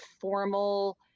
formal